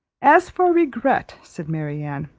as for regret, said marianne,